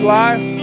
life